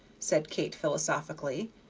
said kate, philosophically,